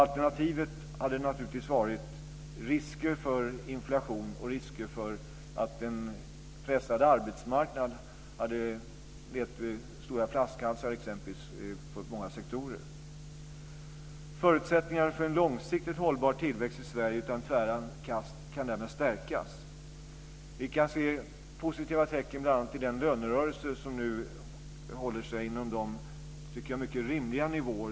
Alternativet hade naturligtvis varit risker för inflation och exempelvis risker för att en pressad arbetsmarknad hade lett till stora flaskhalsar inom många sektorer. Förutsättningarna för en långsiktigt hållbar tillväxt i Sverige utan tvära kast kan därmed stärkas.